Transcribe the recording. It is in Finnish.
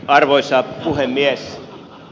arvoisa puhemies